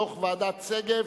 דוח ועדת-שגב,